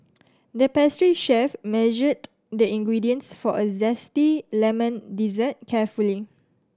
the pastry chef measured the ingredients for a zesty lemon dessert carefully